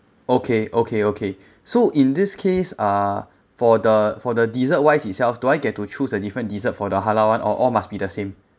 okay okay okay so in this case uh for the for the dessert-wise itself do I get to choose a different dessert for the halal [one] or all must be the same